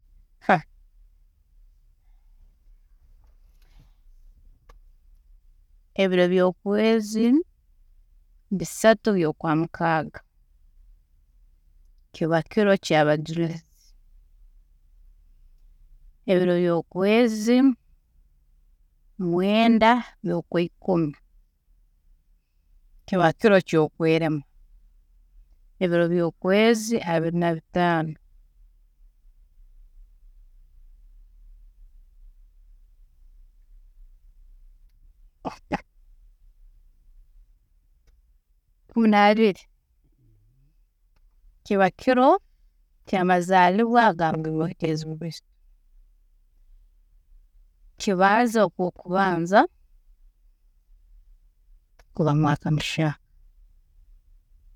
Ebiro by'okweezi bisatu by'okwamukaaga, kiba kiro kyabajuri, ebiro byokweezi mwenda by'okwiikumi, kiba kiro ky'okweerema, ebiro byokwezi abiri nabitaano byokweezi kwiikumi naibiri, kiba kiro kyamazaalibwa ga Yezu Kristo, kibanza okwokubanza, guba mwaaka mushyaaka.